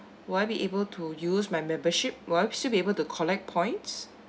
would I be able to use my membership would I still be able to collect points